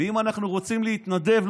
ואם אנחנו רוצים להתנדב,